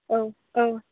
औ औ